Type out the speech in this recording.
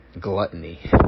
gluttony